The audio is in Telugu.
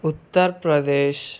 ఉత్తర్ప్రదేశ్